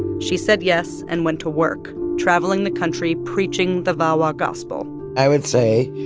she said yes and went to work traveling the country, preaching the vawa gospel i would say,